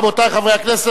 רבותי חברי הכנסת,